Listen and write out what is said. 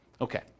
Okay